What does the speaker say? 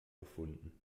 gefunden